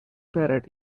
parrot